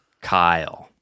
Kyle